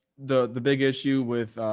the, the big issue with,